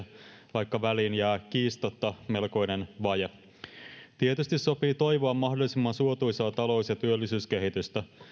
vaikka väliin jää kiistatta melkoinen vaje tietysti sopii toivoa mahdollisimman suotuisaa talous ja työllisyyskehitystä